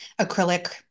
acrylic